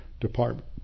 Department